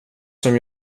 som